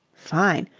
fine!